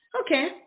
Okay